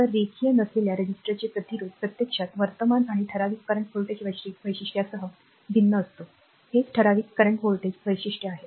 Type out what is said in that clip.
तर रेखीय नसलेल्या रेझिस्टरचे प्रतिरोध प्रत्यक्षात वर्तमान आणि ठराविक विद्युत् व्होल्टेज वैशिष्ट्यासह भिन्न असतो हेच ठराविक वर्तमान व्होल्टेज वैशिष्ट्य आहे